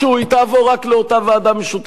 היא תעבור רק לאותה ועדה משותפת.